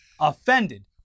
offended